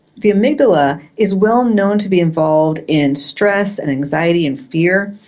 the amygdala is well known to be involved in stress and anxiety and fear,